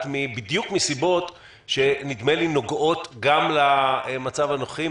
בדיוק מסיבות שנוגעות גם למצב הנוכחי.